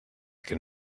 can